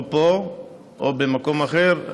פה או במקום אחר.